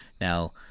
now